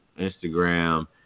Instagram